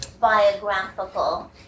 biographical